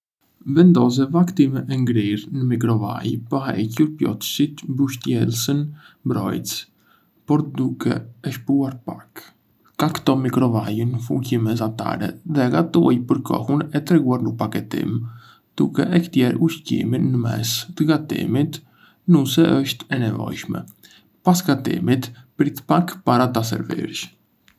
Vendose vaktin e ngrirë në mikrovalë pa hequr plotësisht mbështjellësin mbrojtës, por duke e shpuar pak. Cakto mikrovalën në fuqi mesatare dhe gatuaj për kohën e treguar në paketim, duke e kthyer ushqimin në mes të gatimit nëse është e nevojshme. Pas gatimit, prit pak para se ta servirësh.